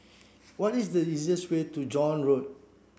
what is the easiest way to John Road